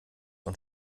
und